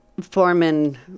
foreman